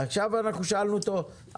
עכשיו אנחנו שאלנו אותו,